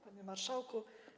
Panie Marszałku!